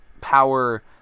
power